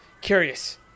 Curious